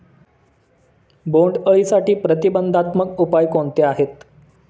बोंडअळीसाठी प्रतिबंधात्मक उपाय कोणते आहेत?